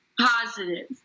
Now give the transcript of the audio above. positive